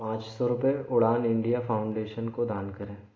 पाँच सौ रुपये उड़ान इंडिया फाउंडेशन को दान करें